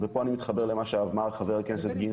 אבל אני מניח שתוך חודשים ספורים יהיה